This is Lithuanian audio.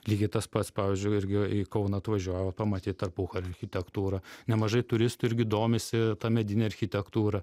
lygiai tas pats pavyzdžiui irgi į kauną atvažiuoja pamatyt tarpukario architektūrą nemažai turistų irgi domisi ta medine architektūra